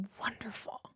wonderful